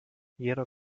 jeder